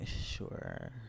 sure